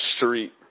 street